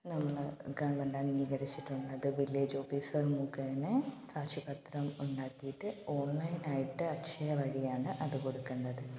നമ്മൾ ഗവണ്മെൻ്റ് അംഗീകരിച്ചിട്ടുള്ളത് village officer മുഖേനെ സാക്ഷിപത്രം ഉണ്ടാക്കിയിട്ട് ഓൺലൈനായിട്ട് അക്ഷയ വഴിയാണ് അത് കൊടുക്കേണ്ടത്